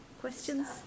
questions